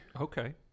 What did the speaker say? Okay